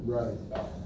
Right